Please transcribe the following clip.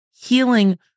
healing